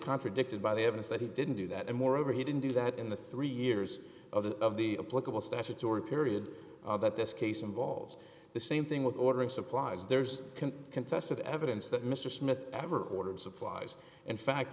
contradicted by the evidence that he didn't do that and moreover he didn't do that in the three years of the of the political statutory period that this case involves the same thing with ordering supplies there's contested evidence that mr smith ever ordered supplies in fact